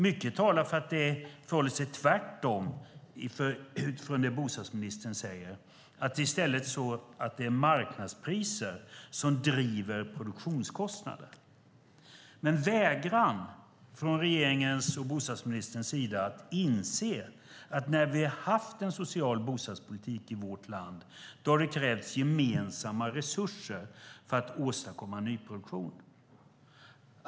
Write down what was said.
Mycket talar för att det förhåller sig tvärtom i förhållande till det bostadsministern säger, att det i stället är marknadspriser som driver produktionskostnader. Det är en vägran från regeringens och bostadsministerns sida att inse att det när vi har haft en social bostadspolitik i vårt land har krävts gemensamma resurser för att åstadkomma nyproduktion.